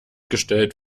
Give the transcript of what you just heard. gestellt